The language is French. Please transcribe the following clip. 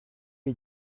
est